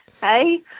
hey